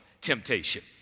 temptation